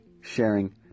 sharing